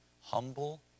Humble